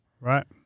Right